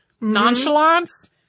nonchalance